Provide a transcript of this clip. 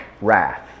wrath